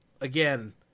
again